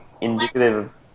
indicative